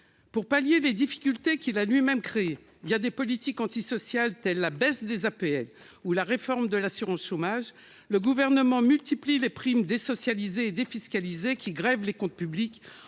Pour pallier les difficultés qu'il a lui-même créées des politiques antisociales, comme la baisse des aides personnalisées au logement (APL) ou la réforme de l'assurance chômage, le Gouvernement multiplie les primes désocialisées et défiscalisées, qui grèvent les comptes publics,